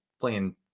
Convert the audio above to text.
playing